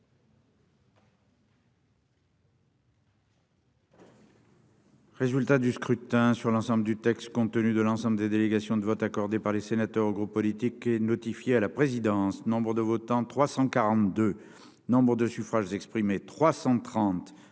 Résultat du scrutin sur l'ensemble du texte, compte tenu de l'ensemble des délégations de vote accordé par les sénateurs aux groupes politiques et notifié à la présidence Nombre de votants : 342 Nombre de suffrages exprimés 330